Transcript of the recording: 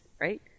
right